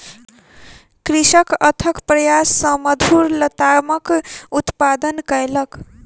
कृषक अथक प्रयास सॅ मधुर लतामक उत्पादन कयलक